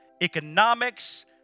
economics